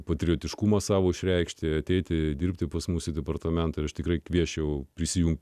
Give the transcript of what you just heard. patriotiškumo savo išreikšti ateiti dirbti pas mus į departamentą ir aš tikrai kviesčiau prisijungti